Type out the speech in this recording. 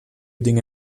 dinge